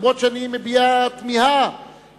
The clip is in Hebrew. אומנם אני מביע תמיהה,